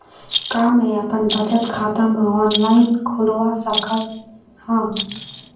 का मैं अपन बचत खाता ला ऑनलाइन खोलवा सकत ह?